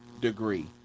degree